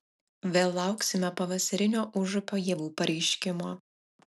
vėl lauksime pavasarinio užupio ievų pareiškimo